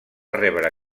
rebre